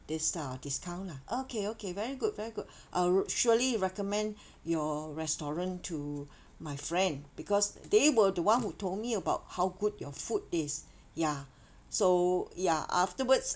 this type of discount lah okay okay very good very good I'll surely recommend your restaurant to my friend because they were the one who told me about how good your food is ya so ya afterwards